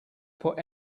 put